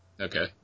Okay